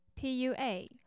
P-U-A